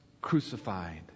crucified